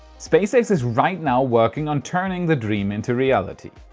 spacex is right now working on turning the dream into reality.